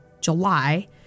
July